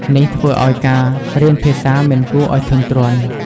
នេះធ្វើឲ្យការរៀនភាសាមិនគួរឲ្យធុញទ្រាន់។